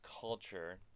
culture